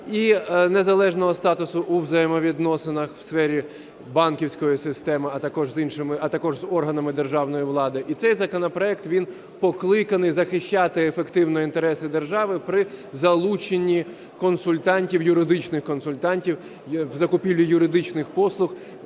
і незалежного статусу у взаємовідносинах в сфері банківської системи, а також з органами державної влади. І цей законопроект, він покликаний захищати ефективно інтереси держави при залученні консультантів, юридичних консультантів в закупівлі юридичних послуг